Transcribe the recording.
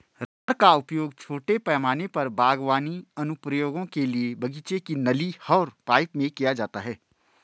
rubber का उपयोग छोटे पैमाने पर बागवानी अनुप्रयोगों के लिए बगीचे की नली और पाइप में किया जाता है